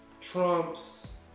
trump's